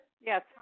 Yes